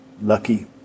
lucky